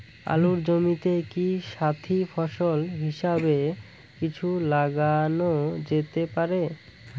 আলুর জমিতে কি সাথি ফসল হিসাবে কিছু লাগানো যেতে পারে?